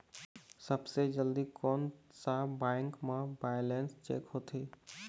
सबसे जल्दी कोन सा बैंक म बैलेंस चेक होथे?